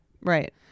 Right